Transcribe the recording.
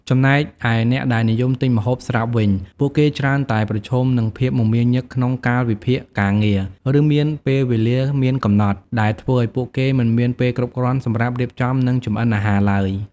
ចំណែកឯអ្នកដែលនិយមទិញម្ហូបស្រាប់វិញ ពួកគេច្រើនតែប្រឈមនឹងភាពមមាញឹកក្នុងកាលវិភាគការងារ ឬមានពេលវេលាមានកំណត់ ដែលធ្វើឱ្យពួកគេមិនមានពេលគ្រប់គ្រាន់សម្រាប់រៀបចំ និងចម្អិនអាហារឡើយ។